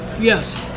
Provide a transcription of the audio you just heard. Yes